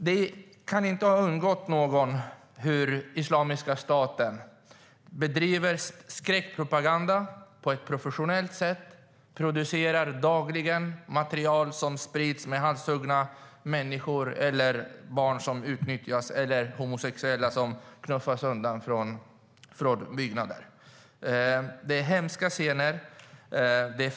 Det kan inte ha undgått någon hur Islamiska staten på ett professionellt sätt bedriver skräckpropaganda, hur de dagligen producerar och sprider material med halshuggna människor, barn som utnyttjas och homosexuella som knuffas ned från byggnader. Det är hemska scener.